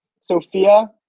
Sophia